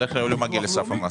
בדרך כלל הוא לא מגיע לסף המס.